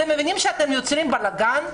אתם מבינים שאתם יוצרים בלגן?